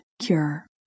cure